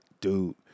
Dude